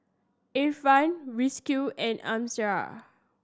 Irfan Rizqi and Amsyar